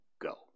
go